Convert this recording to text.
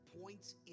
points